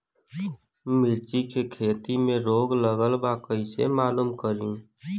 मिर्ची के खेती में रोग लगल बा कईसे मालूम करि?